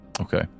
Okay